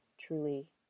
truly